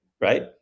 right